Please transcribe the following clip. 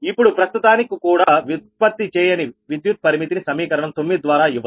ఇప్పుడు ప్రస్తుతానికి కూడా ఉత్పత్తి చేయని విద్యుత్ పరిమితిని సమీకరణం 9 ద్వారా ఇవ్వరు